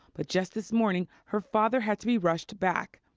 but just this morning, her father had to be rushed back.